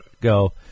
go